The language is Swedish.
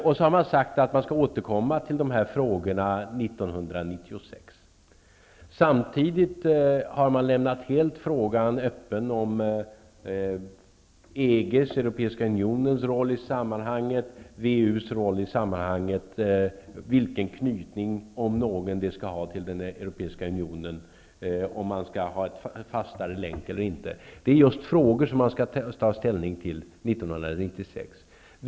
Man har sagt att man skall återkomma till dessa frågor 1996. Samtidigt har man lämnat frågan helt öppen om EG:s roll i sammanhanget, VEU:s roll, vilken knytning, om någon, det skall ha till den europeiska unionen, om man skall ha en fastare länk eller inte. Just dessa frågor skall man ta ställning till 1996.